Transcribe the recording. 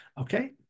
Okay